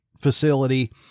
facility